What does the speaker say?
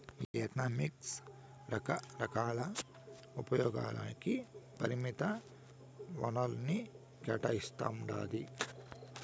ఈ ఎకనామిక్స్ రకరకాల ఉపయోగాలకి పరిమిత వనరుల్ని కేటాయిస్తాండాది